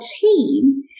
team